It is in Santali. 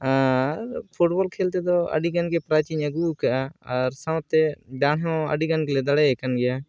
ᱟᱨ ᱯᱷᱩᱴᱵᱚᱞ ᱠᱷᱮᱞ ᱛᱮᱫᱚ ᱟᱹᱰᱤᱜᱟᱱ ᱜᱮ ᱯᱨᱟᱭᱤᱡᱽ ᱤᱧ ᱟᱹᱜᱩ ᱟᱠᱟᱫᱟ ᱟᱨ ᱥᱟᱶᱛᱮ ᱫᱟᱱ ᱦᱚᱸ ᱟᱹᱰᱤᱜᱟᱱ ᱜᱮᱞᱮ ᱫᱟᱲᱮ ᱟᱠᱟᱱᱜᱮᱭᱟ